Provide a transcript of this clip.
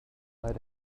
let